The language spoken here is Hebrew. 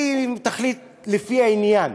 אם היא תחליט לפי העניין,